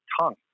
tongue